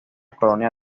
colonia